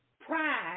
Pride